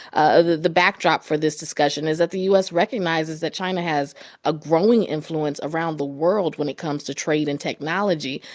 ah the the backdrop for this discussion is that the u s. recognizes that china has a growing influence around the world when it comes to trade and technology,